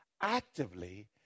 actively